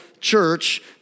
church